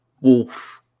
Wolf